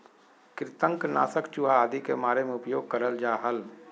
कृंतक नाशक चूहा आदि के मारे मे उपयोग करल जा हल